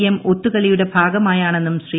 M ഒത്തുകളിയുടെ ഭാഗമാണെന്നും ശ്രീ